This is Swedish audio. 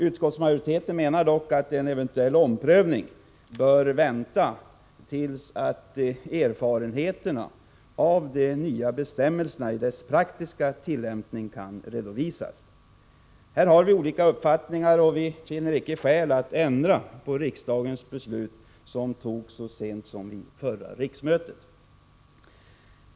Utskottsmajoriteten menar att en eventuell omprövning bör vänta tills erfarenheterna av de nya bestämmelserna i deras praktiska tillämpning kan redovisas. Här har vi olika uppfattningar, och utskottsmajoriteten finner icke skäl att ändra på riksdagens beslut, som fattades så sent som vid förra riksmötet.